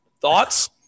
Thoughts